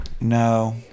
No